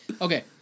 Okay